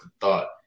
thought